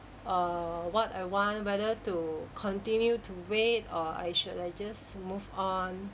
err what I want whether to continue to wait or I should I just move on